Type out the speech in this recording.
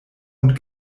und